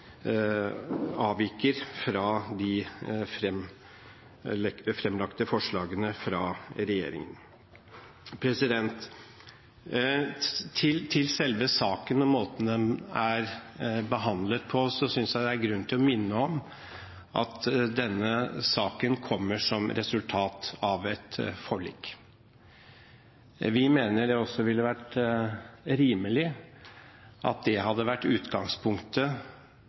avviker fra de framlagte forslagene fra regjeringen. Til selve saken og måten den er behandlet på: Jeg synes det er grunn til å minne om at denne saken kommer som resultat av et forlik. Vi mener også at det ville vært rimelig at det hadde vært utgangspunktet